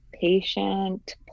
patient